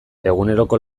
eguneroko